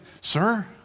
sir